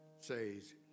says